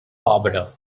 pobre